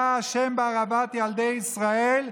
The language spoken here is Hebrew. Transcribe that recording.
אתה אשם בהרעבת ילדי ישראל,